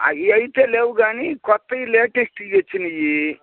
అవి అయితే లేవు కానీ క్రొత్తవి లేటెస్ట్వి వచ్చినాయి